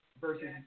versus